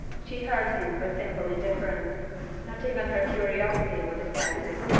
she heard him with simple indifference not even her curiosity was excited.